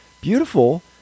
beautiful